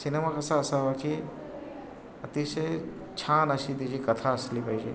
cinema कसा असावा की अतिशय छान अशी तिची कथा असली पाहिजे